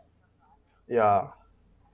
ya